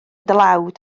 dlawd